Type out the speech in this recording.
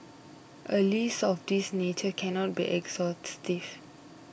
a list of this nature cannot be exhaustive